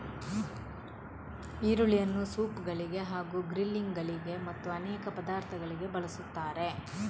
ಈರುಳ್ಳಿಯನ್ನು ಸೂಪ್ ಗಳಿಗೆ ಹಾಗೂ ಗ್ರಿಲ್ಲಿಂಗ್ ಗಳಿಗೆ ಮತ್ತು ಅನೇಕ ಪದಾರ್ಥಗಳಿಗೆ ಬಳಸುತ್ತಾರೆ